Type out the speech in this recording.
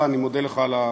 הוא היה רשום.